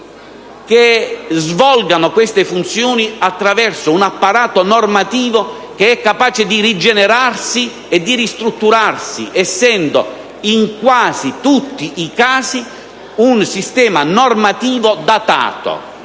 che svolgano le loro funzioni attraverso un apparato normativo capace di rigenerarsi e di ristrutturarsi, essendo in quasi tutti i casi un sistema normativo datato.